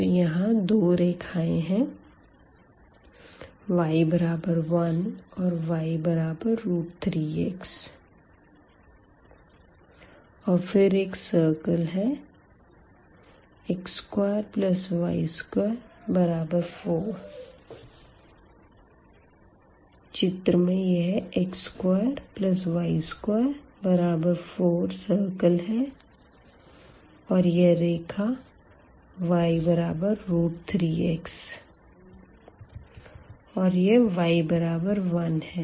तो यहाँ दो रेखाएँ है y1 और y3x और फिर एक सर्किल है x2y24 चित्र में यह x2y24 सर्किल है और यह रेखा y3x और यह y1 है